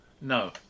No